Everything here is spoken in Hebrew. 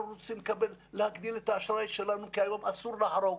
אנחנו רוצים להגדיל את האשראי שלנו כי היום אסור לחרוג.